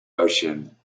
ocean